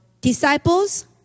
Disciples